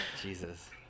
Jesus